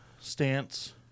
stance